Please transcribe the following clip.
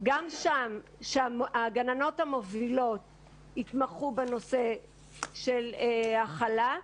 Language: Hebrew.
שהגננות המובילות יתמחו בנושא של הכלה.